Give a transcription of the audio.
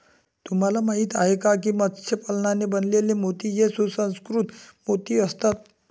तुम्हाला माहिती आहे का की मत्स्य पालनाने बनवलेले मोती हे सुसंस्कृत मोती असतात